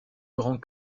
grand